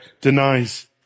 denies